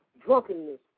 drunkenness